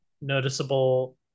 noticeable